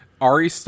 Ari